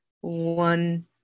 one